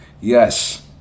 Yes